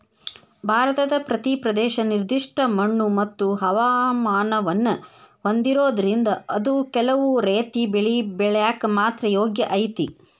ಭಾರತದ ಪ್ರತಿ ಪ್ರದೇಶ ನಿರ್ದಿಷ್ಟ ಮಣ್ಣುಮತ್ತು ಹವಾಮಾನವನ್ನ ಹೊಂದಿರೋದ್ರಿಂದ ಅದು ಕೆಲವು ರೇತಿ ಬೆಳಿ ಬೆಳ್ಯಾಕ ಮಾತ್ರ ಯೋಗ್ಯ ಐತಿ